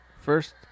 first